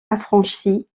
affranchie